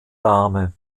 dahme